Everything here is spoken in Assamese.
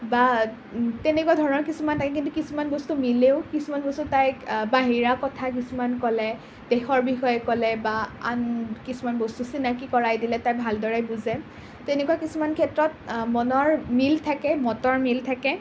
বা তেনেকুৱা ধৰণৰ কিছুমান তাইৰ কিন্তু কিছুমান বস্তু মিলেও কিছুমান বস্তু তাইক বাহিৰা কথা কিছুমান ক'লে দেশৰ বিষয়ে ক'লে বা আন কিছুমান বস্তু চিনাকী কৰাই দিলে তাই ভালদৰে বুজে তেনেকুৱা কিছুমান ক্ষেত্ৰত মনৰ মিল থাকে মতৰ মিল থাকে